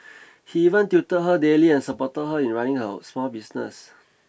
he even tutored her daily and supported her in running her small business